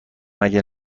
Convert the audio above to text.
مگه